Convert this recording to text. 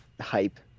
hype